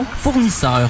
Fournisseur